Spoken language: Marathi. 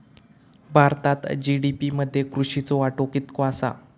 भारतात जी.डी.पी मध्ये कृषीचो वाटो कितको आसा?